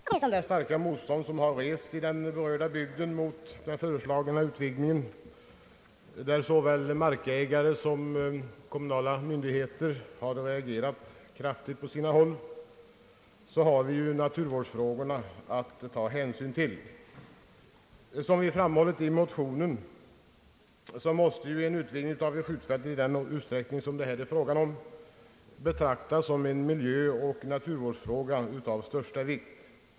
Herr talman! Jag är fullt medveten om att det kanske blir som en ropandes röst i öknen då jag talar för vår fyrpartimotion från Skaraborgs län, i vilken vi har begärt utredning om en begsränsad utbyggnad av Kråks skjutfält ävensom att frågan skulle prövas av naturvårdsverket. Förutom det starka motstånd som i den berörda bygden har rests mot den föreslagna utvidgningen, då såväl markägare som kommunala myndigheter på sina håll reagerat kraftigt, har man naturvårdsfrågorna att ta hänsyn till. Som vi framhållit i motionen, måste en utvidgning av skjutfältet i den utsträckning som det här är fråga om betraktas som en miljöoch naturvårdsfråga av största vikt.